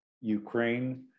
ukraine